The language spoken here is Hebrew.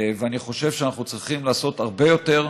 ואני חושב שאנחנו צריכים לעשות הרבה יותר,